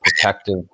protective